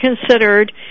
considered